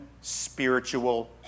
spiritual